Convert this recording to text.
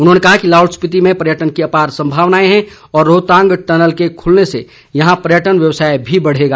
उन्होंने कहा कि लाहौल स्पिति में पर्यटन की अपार संभावनाएं हैं और रोहतांग टनल के खुलने से यहां पर्यटन व्यवसाय भी बढ़ेगा